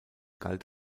galt